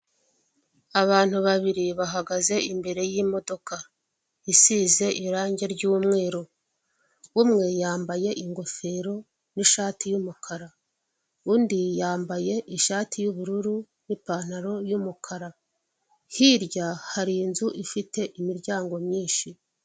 Umuhanda w'umukara wa kaburimbo urimo ibyerekezo bibiri bitandukanye ndetse ukaba ufite n'imirongo ugiye ushushanyijemo hari umurongo w'umweru urombereje uri k'uruhande ndetse n'iyindi iri hagati icagaguwe irimo ibara ry'umuhondo ikaba ifite n'amatara amurika mu gihe cy'ijoro ndetse na kamera zishinzwe umutekano wo mu muhanda.